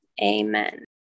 Amen